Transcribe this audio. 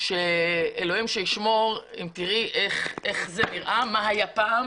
ואלוהים ישמור אם תראי איך זה נראה, מה היה פעם